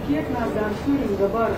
kiek mes ten turim dabar